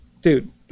dude